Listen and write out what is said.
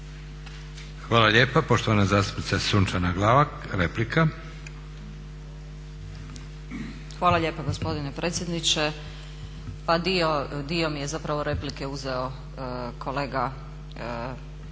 Hvala lijepa. Poštovana zastupnica Sunčana Glavak, replika. **Glavak, Sunčana (HDZ)** Hvala lijepa gospodine predsjedniče. Pa dio mi je zapravo replike uzeo kolega